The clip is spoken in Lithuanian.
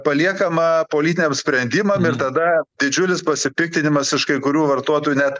paliekama politiniam sprendimam ir tada didžiulis pasipiktinimas iš kai kurių vartotojų net